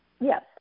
Yes